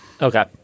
Okay